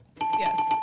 Yes